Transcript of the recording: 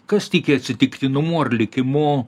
kas tiki atsitiktinumu ar likimu